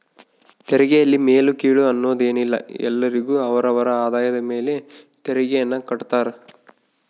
ತೆರಿಗೆಯಲ್ಲಿ ಮೇಲು ಕೀಳು ಅನ್ನೋದ್ ಏನಿಲ್ಲ ಎಲ್ಲರಿಗು ಅವರ ಅವರ ಆದಾಯದ ಮೇಲೆ ತೆರಿಗೆಯನ್ನ ಕಡ್ತಾರ